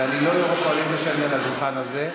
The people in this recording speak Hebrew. ואני לא יו"ר הקואליציה כשאני על הדוכן הזה,